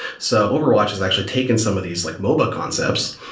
so overwatch has actually taken some of these like mobile concepts,